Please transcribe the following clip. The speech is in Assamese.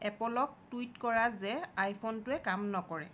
এপ'লক টুইট কৰা যে আইফোনটোৱে কাম নকৰে